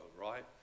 right